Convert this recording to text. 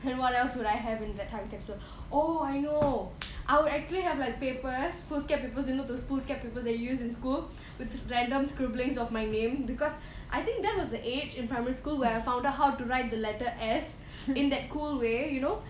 then what else would I have in that time capsule oh I know I would actually have like papers foolscap papers you know the foolscap paper they use in school with random scribblings of my name because I think that was the age in primary school where I found out how to write the letter S in that cool way you know